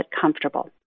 comfortable